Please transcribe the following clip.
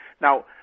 Now